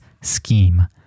scheme